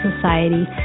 society